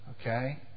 Okay